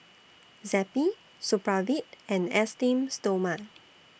Zappy Supravit and Esteem Stoma